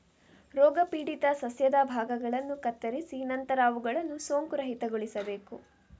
ರೋಗಪೀಡಿತ ಸಸ್ಯದ ಭಾಗಗಳನ್ನು ಕತ್ತರಿಸಿದ ನಂತರ ಅವುಗಳನ್ನು ಸೋಂಕುರಹಿತಗೊಳಿಸಬೇಕು